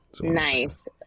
Nice